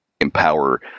empower